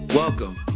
Welcome